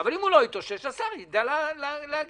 השר יידע להגיד.